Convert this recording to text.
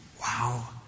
Wow